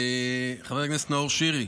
חבר הכנסת נאור שירי,